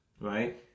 right